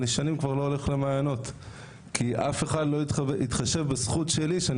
אני שנים כבר לא הולך למעיינות כי אף אחד לא התחשב בזכות שלי שאני